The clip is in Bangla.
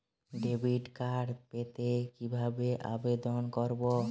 ডেবিট কার্ড পেতে কিভাবে আবেদন করব?